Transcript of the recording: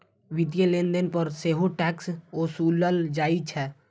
वित्तीय लेनदेन पर सेहो टैक्स ओसूलल जाइ छै